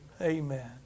Amen